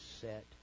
set